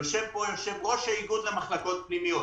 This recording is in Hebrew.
יושב פה יושב-ראש האיגוד למחלקות פנימיות,